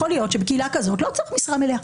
יכול להיות שבקהילה כזאת לא צריך משרה מלאה.